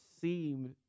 seemed